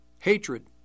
Hatred